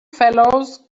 fellows